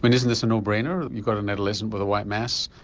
but isn't this a no brainer, you've got an adolescent with a white mass,